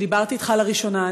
כשדיברתי אתך לראשונה.